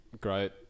great